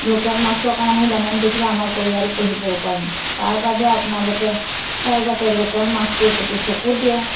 local মাছটো অকণ আমি দামত বেছিলে আমাৰ পৰিয়াল পোহিবও পাৰিম তাৰবাবে আপোনালোকে যাতে লোকেল মাছটোৰ প্ৰতি যদি চকু দিয়ে